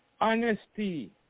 Honesty